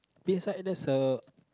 beside that's a